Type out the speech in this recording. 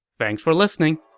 thanks for listening!